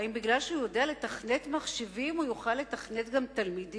האם משום שהוא יודע לתכנת מחשבים הוא יוכל לתכנת גם תלמידים?